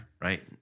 right